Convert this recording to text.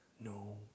No